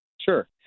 Sure